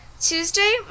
Tuesday